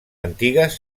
antigues